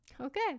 Okay